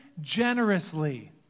generously